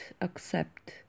accept